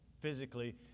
physically